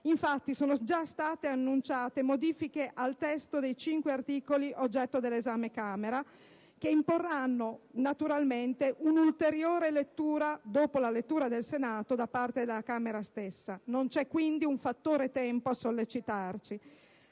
infatti sono già state annunciate modifiche al testo dei cinque articoli oggetto dell'esame presso la Camera, che imporranno naturalmente un'ulteriore lettura, dopo la lettura del Senato, da parte della Camera stessa. Non c'è quindi un fattore tempo a sollecitarci.